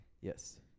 Yes